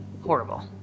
Horrible